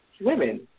women